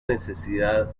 necesidad